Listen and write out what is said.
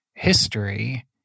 History